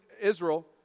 Israel